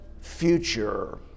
future